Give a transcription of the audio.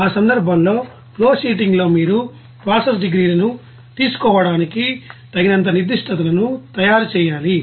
ఆ సందర్భంలో ఫ్లోషీటింగ్ లో మీరు ప్రాసెస్ డిగ్రీస్ లను తీసుకోవడానికి తగినంత నిర్దిష్టతలను తయారు చేయాలి